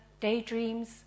daydreams